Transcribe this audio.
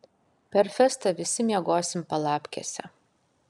per festą visi miegosim palapkėse